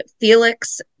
Felix